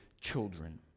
children